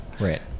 Right